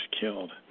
killed